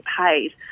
paid